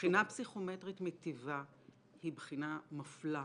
בחינה פסיכומטרית, מטיבה, היא בחינה מפלה.